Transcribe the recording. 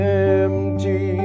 empty